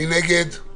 מי נגד?